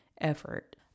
effort